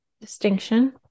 distinction